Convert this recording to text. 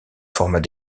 formats